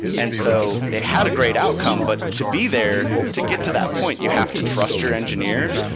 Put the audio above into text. and so they had a great outcome, but to be there, to get to that point, you have to trust your engineers.